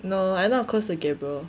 no I not close to gabriel